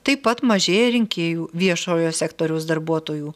taip pat mažėja rinkėjų viešojo sektoriaus darbuotojų